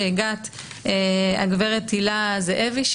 הגברת הילה זהבי,